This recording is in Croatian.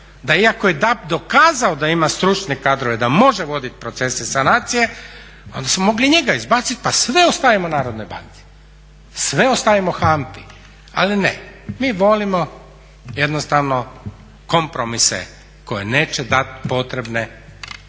da iako je DAB dokazao da ima stručne kadrove da može voditi procese sanacije onda smo mogli njega izbaciti pa sve ostavljamo Narodnoj banci, sve ostavimo HANFA-i. Ali ne, mi volimo jednostavno kompromise koje neće dati potrebne rezultate.